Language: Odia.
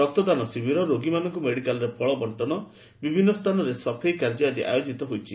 ରକ୍ତଦାନ ଶିବିର ରୋଗୀମାନଙ୍କୁ ମେଡ଼ିକାଲରେ ଫଳବ୍ଚ୍ଚନ ବିଭିନ୍ନ ସ୍ଥାନରେ ସଫେଇ କାର୍ଯ୍ୟ ଆଦି ଆୟୋକିତ ହୋଇଛି